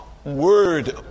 word